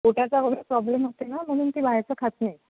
पोटाचा वगैरे प्रॉब्लेम होते ना म्हणून बाहेरचं खात नाही